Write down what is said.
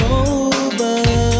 over